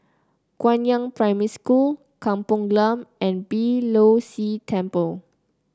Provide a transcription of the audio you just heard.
Guangyang Primary School Kampong Glam and Beeh Low See Temple